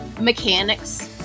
mechanics